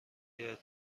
اطلاعات